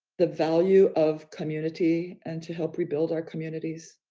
the value of community and to help rebuild our communities.